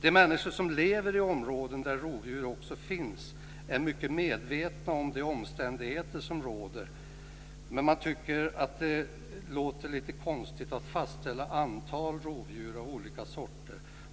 De människor som lever i områden där rovdjur också finns är mycket medvetna om de omständigheter som råder, men man tycker att det låter konstigt att fastställa antal rovdjur av olika sorter.